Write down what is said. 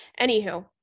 anywho